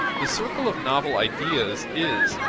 the circle of novel ideas is,